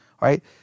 right